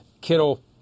Kittle